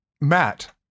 Matt